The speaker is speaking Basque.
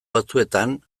batzuetan